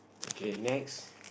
K next